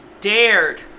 dared